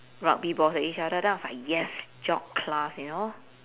rugby balls at each other then I was like yes jock class you know